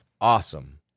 Awesome